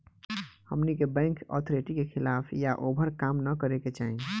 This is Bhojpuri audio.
हमनी के बैंक अथॉरिटी के खिलाफ या ओभर काम न करे के चाही